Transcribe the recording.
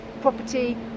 property